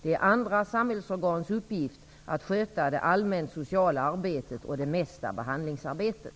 Det är andra samhällsorgans uppgift att sköta det allmänt sociala arbetet och det mesta behandlingsarbetet.